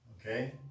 Okay